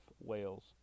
Wales